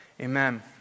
Amen